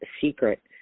secret